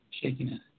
shakiness